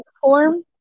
form